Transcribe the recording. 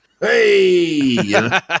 Hey